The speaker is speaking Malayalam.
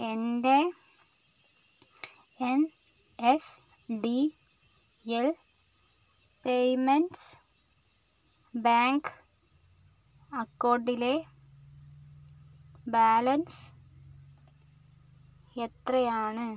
എൻ്റെ N S D L payments bank അക്കൗണ്ടിലെ ബാലൻസ് എത്രയാണ്